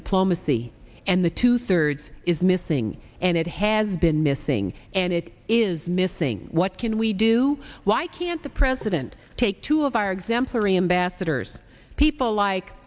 diplomacy and the two thirds is missing and it has been missing and it is missing what can we do why can't the president take two of our exemplary ambassadors people like